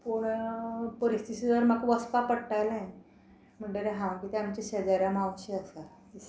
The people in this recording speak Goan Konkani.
पूण परिस्थिती सर म्हाका वचपाक पडटालें म्हणटरीर हांव कितें आमच्या शेजाऱ्या मावशी आसा